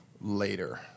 later